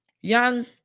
Young